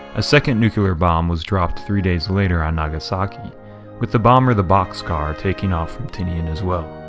a second nuclear bomb was dropped three days later on nagasaki with the bomber the bockscar taking off from tinian as well.